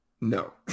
no